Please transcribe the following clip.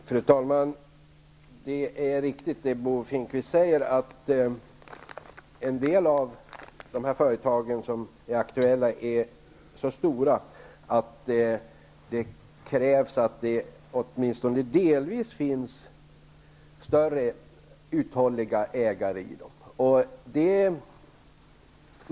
Fru talman! Det är riktigt som Bo Finnkvist säger att en del av de företag som är aktuella är så stora att det krävs att det åtminstone delvis finns större uthålliga ägare i dem.